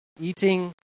eating